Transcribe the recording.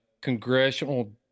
congressional